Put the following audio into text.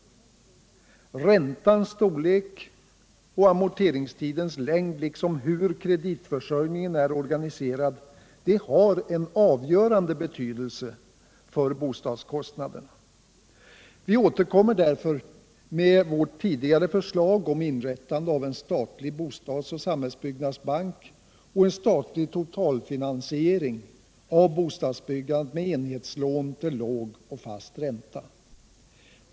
Räntans storlek och amorteringstidens längd liksom hur kreditförsörjningen är organiserad har en avgörande betydelse för bostadskosinaderna. Vi återkommer därför med vårt tidigare förslag om inrättande av en statlig bostads eller samhällsbyggnadsbank och en statlig totalfinansicring av bostadsbyggandet med enhetslån till låg och fast ränta.